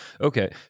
Okay